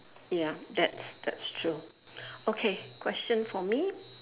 ya that's that's true okay question for me